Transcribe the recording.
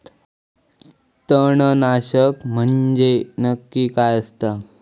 तणनाशक म्हंजे नक्की काय असता?